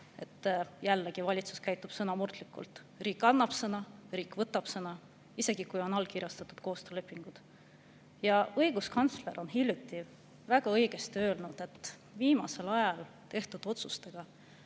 et valitsus käitub ka seal sõnamurdlikult. Riik annab sõna ja riik võtab sõna, isegi kui on allkirjastatud koostöölepingud. Õiguskantsler on hiljuti väga õigesti öelnud, et riigi viimasel ajal tehtud otsuste